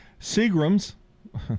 Seagram's